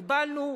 הגבלנו,